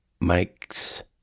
mike's